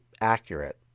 accurate